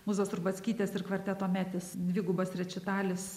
mūzos rubackytės ir kvarteto metis dvigubas rečitalis